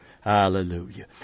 Hallelujah